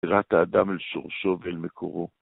יראת האדם אל שורשו ואל מקורו